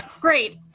Great